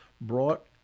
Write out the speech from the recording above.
brought